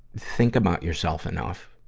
think about yourself enough,